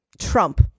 Trump